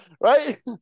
Right